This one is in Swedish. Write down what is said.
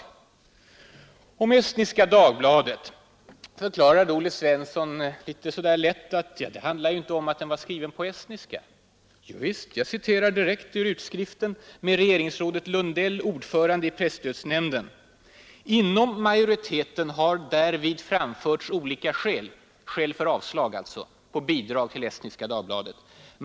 Beträffande Estniska Dagbladet förklarade Olle Svensson att det inte hade någon betydelse att det var skrivet på estniska. Jovisst! Jag kan direkt citera regeringsrådet Lundell, ordförande i presstödsnämnden. ”Inom majoriteten har därvid framförts olika skäl” — skäl för avslag till Estniska Dagbladet.